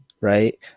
right